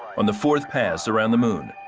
on the fourth pass around the moon,